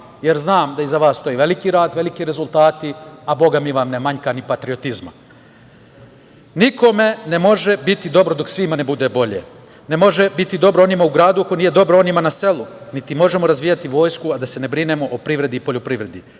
jer znam da iza vas stoji veliki rad, veliki rezultati, a bogami vam ne manjka ni patriotizma. Nikome ne može biti dobro dok svima ne bude bolje. Ne može biti dobro onima u gradu ako nije dobro onima na selu, niti možemo razvijati vojsku a da se ne brinemo o privredi i poljoprivredi.